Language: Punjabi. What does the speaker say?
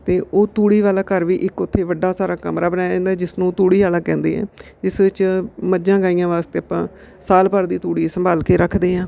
ਅਤੇ ਉਹ ਤੂੜੀ ਵਾਲਾ ਘਰ ਵੀ ਇੱਕ ਉੱਥੇ ਵੱਡਾ ਸਾਰਾ ਕਮਰਾ ਬਣਾਇਆ ਜਾਂਦਾ ਜਿਸ ਨੂੰ ਤੂੜੀ ਵਾਲਾ ਕਹਿੰਦੇ ਹੈ ਜਿਸ ਵਿੱਚ ਮੱਝਾਂ ਗਾਈਆਂ ਵਾਸਤੇ ਆਪਾਂ ਸਾਲ ਭਰ ਦੀ ਤੂੜੀ ਸੰਭਾਲ ਕੇ ਰੱਖਦੇ ਹਾਂ